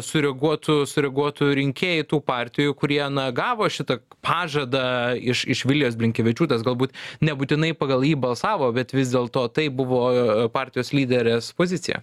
sureaguotų sureaguotų rinkėjai tų partijų kurie na gavo šitą pažadą iš iš vilijos blinkevičiūtės galbūt nebūtinai pagal jį balsavo bet vis dėlto tai buvo partijos lyderės pozicija